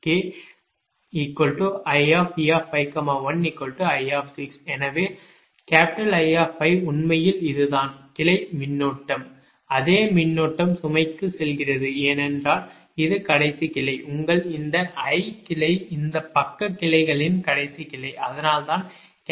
எனவே I உண்மையில் இதுதான் கிளை மின்னோட்டம் அதே மின்னோட்டம் சுமைக்குச் செல்கிறது ஏனென்றால் இது கடைசி கிளை உங்கள் இந்த i கிளை இந்த பக்க கிளைகளின் கடைசி கிளை அதனால் தான் I5i